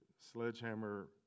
sledgehammer